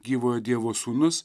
gyvojo dievo sūnus